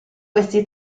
questi